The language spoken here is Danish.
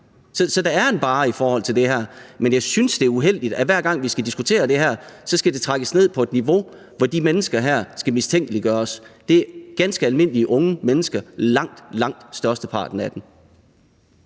Så der er enbarre i forhold til det her, men jeg synes, det er uheldigt, at hver gang vi skal diskutere det her, skal det trækkes ned på et niveau, hvor de mennesker her skal mistænkeliggøres. Det er ganske almindelige unge mennesker – langt, langt størsteparten af dem.